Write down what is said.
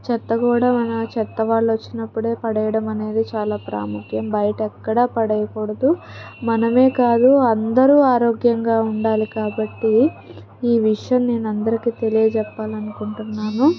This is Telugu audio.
చెత్త కూడా మన చెత్త వాళ్ళు వచ్చినప్పుడే పడేయడం అనేది చాలా ప్రాముఖ్యం బయట ఎక్కడ పడేయకూడదు మనమే కాదు అందరూ ఆరోగ్యంగా ఉండాలి కాబట్టి ఈ విషయం నేను అందరికి తెలియజేప్పాలనుకుంటున్నాను